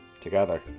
together